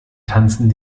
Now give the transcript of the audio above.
tanzen